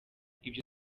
ibyo